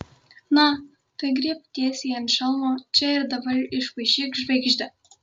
na tai griebk tiesiai ant šalmo čia ir dabar išpaišyk žvaigždę